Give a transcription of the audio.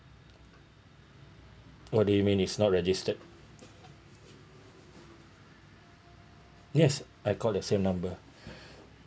what do you mean it's not registered yes I call the same number